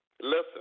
listen